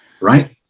Right